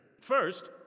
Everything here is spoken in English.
First